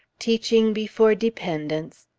teaching before dependence,